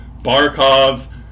Barkov